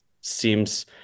seems